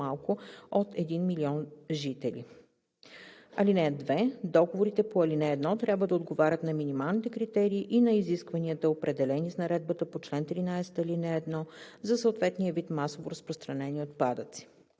жители. (2) Договорите по ал. 1 трябва да отговарят на минималните критерии и на изискванията, определени с наредбата по чл. 13, ал. 1 за съответния вид масово разпространени отпадъци.